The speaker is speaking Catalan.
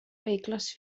vehicles